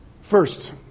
First